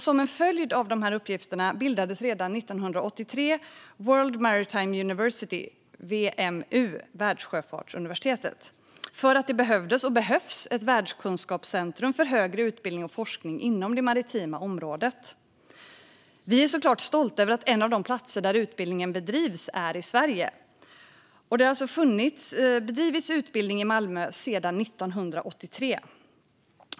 Som en följd av dessa uppgifter bildades redan 1983 World Maritime University, WMU, Världssjöfartsuniversitetet, för att det behövdes och behövs ett världskunskapscentrum för högre utbildning och forskning inom det maritima området. Vi är såklart stolta över att en av de platser där utbildningen bedrivs finns i Sverige. Det har alltså bedrivits utbildning i Malmö sedan 1983.